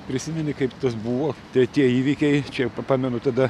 prisimeni kaip tas buvo tie tie įvykiai čia pa pamenu tada